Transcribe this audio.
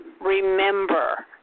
remember